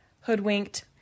hoodwinked